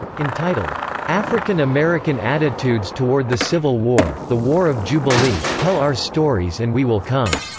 entitled african american attitudes toward the civil war the war of jubilee tell our stories and we will come,